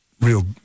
Real